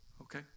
Okay